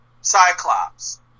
Cyclops